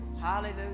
Hallelujah